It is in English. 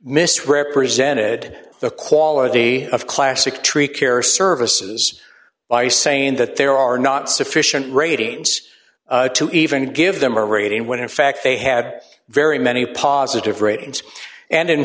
misrepresented the quality of classic tree care services by saying that there are not sufficient ratings to even give them a rating when in fact they had very many positive ratings and in